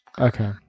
Okay